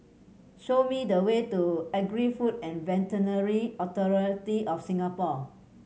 show me the way to Agri Food and Veterinary Authority of Singapore